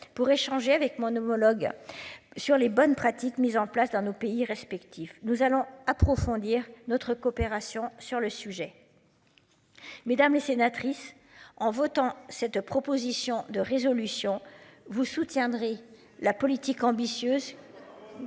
pour échanger avec mon homologue sur les bonnes pratiques mises en place dans nos pays respectifs. Nous allons approfondir notre coopération sur le sujet. Mesdames les sénatrices en votant cette proposition de résolution vous soutiendrez la politique ambitieuse.